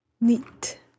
Neat